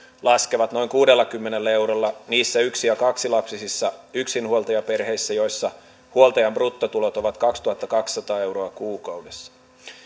laskevat noin kuudellakymmenellä eurolla niissä yksi ja kaksilapsisissa yksinhuoltajaperheissä joissa huoltajan bruttotulot ovat kaksituhattakaksisataa euroa kuukaudessa